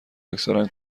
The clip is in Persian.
اکثرا